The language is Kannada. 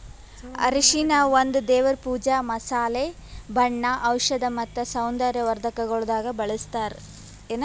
ಅರಿಶಿನ ಒಂದ್ ದೇವರ್ ಪೂಜಾ, ಮಸಾಲೆ, ಬಣ್ಣ, ಔಷಧ್ ಮತ್ತ ಸೌಂದರ್ಯ ವರ್ಧಕಗೊಳ್ದಾಗ್ ಬಳ್ಸತಾರ್